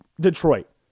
Detroit